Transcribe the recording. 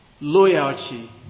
loyalty